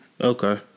Okay